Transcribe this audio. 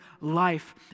life